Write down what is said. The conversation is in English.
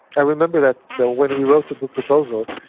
i remember that so when we wrote the book proposal,